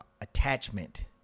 attachment